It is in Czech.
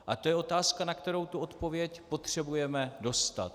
A to je otázka, na kterou tu odpověď potřebujeme dostat.